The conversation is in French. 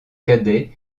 cadet